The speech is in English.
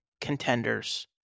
contenders